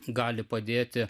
gali padėti